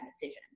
decision